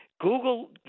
Google